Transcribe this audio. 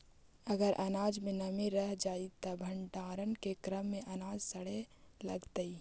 अगर अनाज में नमी रह जा हई त भण्डारण के क्रम में अनाज सड़े लगतइ